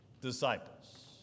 disciples